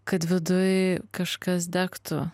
kad viduj kažkas degtų